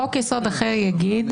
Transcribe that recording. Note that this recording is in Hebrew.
חוק יסוד אחר יאמר